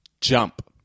JUMP